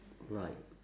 right